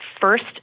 first